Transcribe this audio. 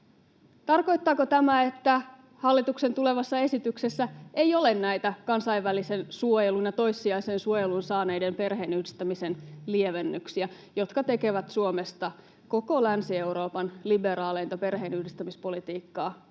Tarkoittaako tämä, että hallituksen tulevassa esityksessä ei ole näitä kansainvälisen suojelun ja toissijaisen suojelun saaneiden perheenyhdistämisen lievennyksiä, jotka tekevät Suomesta koko Länsi-Euroopan liberaaleinta perheenyhdistämispolitiikkaa